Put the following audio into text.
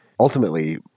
Ultimately